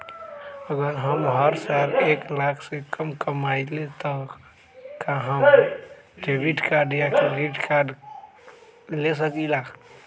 अगर हम हर साल एक लाख से कम कमावईले त का हम डेबिट कार्ड या क्रेडिट कार्ड ले सकीला?